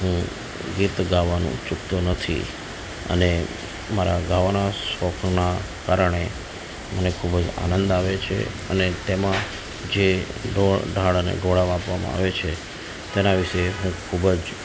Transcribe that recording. હું ગીત ગાવાનું ચૂકતો નથી અને મારા ગાવાના શોખના કારણે મને ખૂબ જ આનંદ આવે છે અને તેમાં જે ઢોળ ઢાળ અને ઢળાવ આપવામાં આવે છે તેના વિશે હું ખૂબ જ